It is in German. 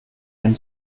ihren